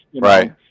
Right